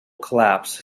collapse